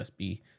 USB